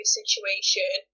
situation